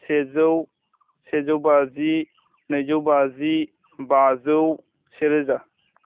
सेजौ सेजौ बाजि नैजौ बाजि बाजौ सेरोजा